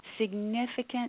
significant